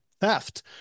theft